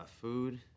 food